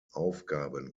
aufgaben